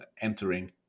entering